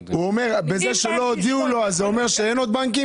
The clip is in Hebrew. האם זה שלא הודיעו לו יותר אומר שאין עוד בנקים?